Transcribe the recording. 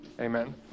Amen